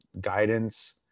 Guidance